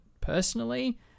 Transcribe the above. personally